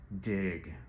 dig